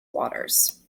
waters